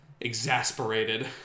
exasperated